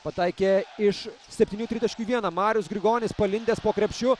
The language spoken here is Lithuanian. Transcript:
pataikė iš septynių tritaškių vieną marius grigonis palindęs po krepšiu